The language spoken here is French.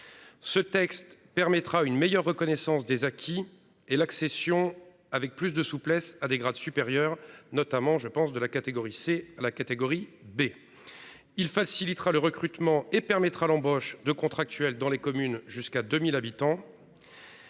Ce texte permettra une meilleure reconnaissance des acquis et l'accession avec plus de souplesse à des grades supérieurs notamment je pense de la catégorie C à la catégorie B. Il facilitera le recrutement et permettra l'embauche de contractuels dans les communes jusqu'à 2000 habitants.